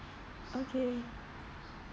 okay